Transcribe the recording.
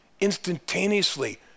instantaneously